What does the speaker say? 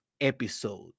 episode